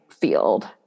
field